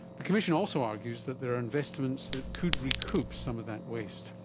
the commission also argues that there are investments that could recoup some of that waste.